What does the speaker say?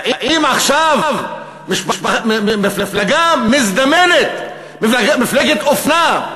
באים עכשיו, מפלגה מזדמנת, מפלגת אופנה,